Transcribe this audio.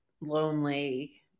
lonely